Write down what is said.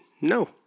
no